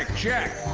check!